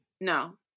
No